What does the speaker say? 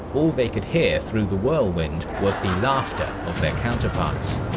all they could hear through the whirlwind was the laughter of their counterparts.